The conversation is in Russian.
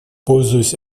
пользуясь